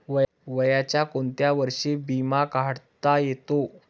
वयाच्या कोंत्या वर्षी बिमा काढता येते?